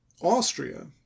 Austria